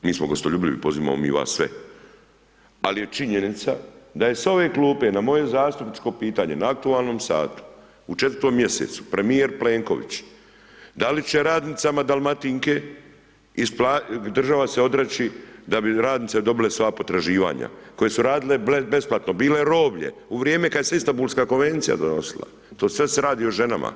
Mi smo gostoljubivi, pozivamo mi vas sve, ali je činjenica da je s ove klupe na moje zastupničko pitanje na aktualnom satu u 4. mj. premijer Plenković da li će radnicama Dalmatinke država se odreći da bi radnice dobile svoja potraživanja koje su radile besplatno, bile roblje u vrijeme kad se Istambulska konvencija donosila, to sve se radi o ženama.